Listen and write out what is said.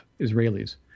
Israelis